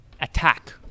attack